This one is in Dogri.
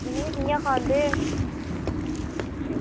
ते इंया खंदे हे